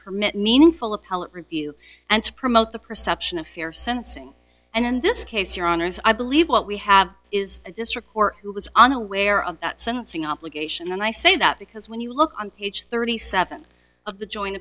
appellate review and to promote the perception of fair sentencing and in this case your honour's i believe what we have is a district or who was unaware of the sentencing obligation and i say that because when you look on page thirty seven of the join